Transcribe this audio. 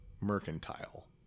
Mercantile